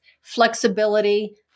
flexibility